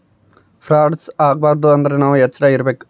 frauds ಆಗಬಾರದು ಅಂದ್ರೆ ನಾವ್ ಎಚ್ರ ಇರ್ಬೇಕು